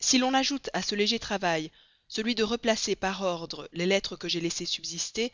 si l'on ajoute à ce léger travail celui de replacer par ordre les lettres que j'ai laissé subsister